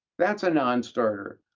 that's a nonstarter.